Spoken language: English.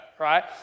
Right